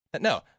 no